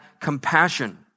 compassion